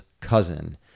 cousin